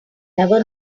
never